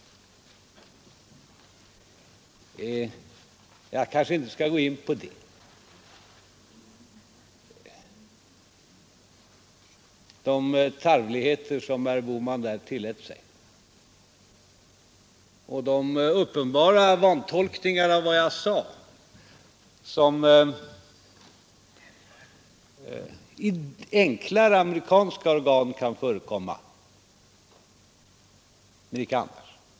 Jag kanske inte skall gå in på de tarvligheter som herr Bohman då tillät sig och de uppenbara vantolkningar av vad jag hade sagt — sådana kan förekomma i vissa enklare amerikanska organ, men icke annars.